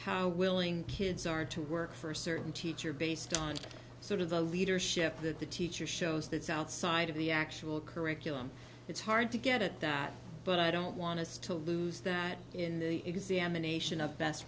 how willing kids are to work for a certain teacher based on sort of the leadership that the teacher shows that's outside of the actual curriculum it's hard to get at that but i don't want us to lose that in the examination of best